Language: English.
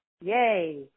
Yay